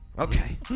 Okay